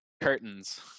curtains